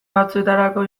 batzuetarako